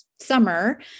summer